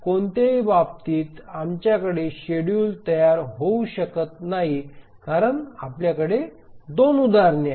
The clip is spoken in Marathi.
कोणत्याही बाबतीत आमच्याकडे शेड्यूल तयार होऊ शकत नाही कारण आपल्याकडे 2 उदाहरणे आहेत